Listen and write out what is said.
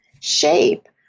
shape